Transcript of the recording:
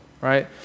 right